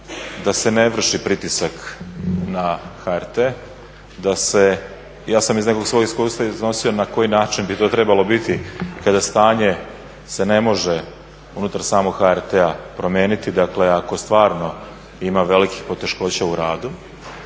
da se ne vrši pritisak na HRT, da se, ja sam iz nekog svog iskustva iznosio na koji način bi to trebalo biti kada stanje se ne može unutar samog HRT-a promeniti. Dakle, ako stvarno ima velikih poteškoća u radu.